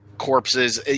corpses